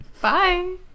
Bye